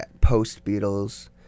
post-Beatles